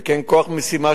וכן כוח משימה,